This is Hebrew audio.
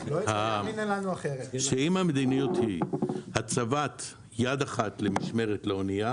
אם המדיניות היא הצבת יד אחת למשמרת לאנייה